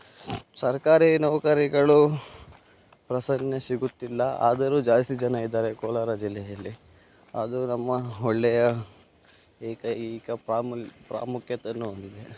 ಸರ್ಕಾರಿ ನೌಕರಿಗಳು ಸಿಗುತ್ತಿಲ್ಲ ಆದರೂ ಜಾಸ್ತಿ ಜನ ಇದ್ದಾರೆ ಕೋಲಾರ ಜಿಲ್ಲೆಯಲ್ಲಿ ಅದು ನಮ್ಮ ಒಳ್ಳೆಯ ಏಕೈಕ ಪ್ರಾಮುಲ್ ಪ್ರಾಮುಖ್ಯತೆಯನ್ನು ಹೊಂದಿದೆ